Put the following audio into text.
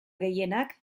gehienak